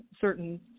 certain